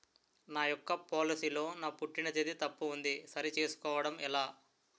నా యెక్క పోలసీ లో నా పుట్టిన తేదీ తప్పు ఉంది సరి చేసుకోవడం ఎలా?